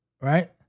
right